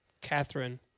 Catherine